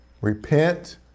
Repent